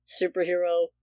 superhero